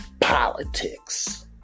politics